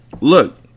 Look